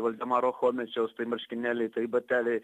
valdemaro chomičiaus marškinėliai tai bateliai